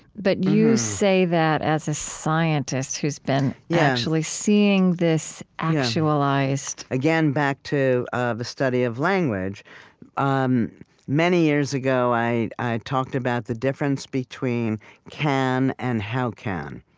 but you say that as a scientist who's been yeah actually seeing this actualized yeah, again, back to ah the study of language um many years ago, i i talked about the difference between can and how can.